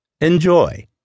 Enjoy